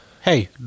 Hey